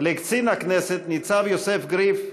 לקצין הכנסת, ניצב יוסף גריף,